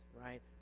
right